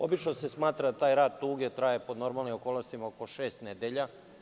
Obično se smatra taj rad tuge traje pod normalnim okolnostima oko šest nedelja.